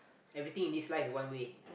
everything in this life one way